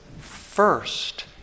first